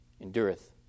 endureth